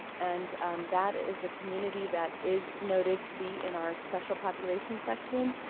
and um that is the community that is noted to be in our special population section,